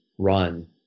run